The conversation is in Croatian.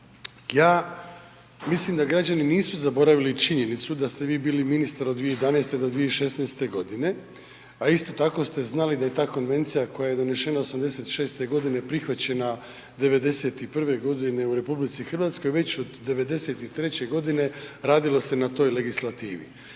Ja mislim da građani nisu zaboravili činjenicu da ste vi bili ministar od 2001. do 2016. g. a isto tako ste znali da je ta konvencija koja je donešena '86. g. prihvaćena '91. u RH, već od '93. g. radilo se na toj legislativi.